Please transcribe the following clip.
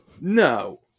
No